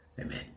Amen